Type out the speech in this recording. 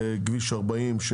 בכביש 40,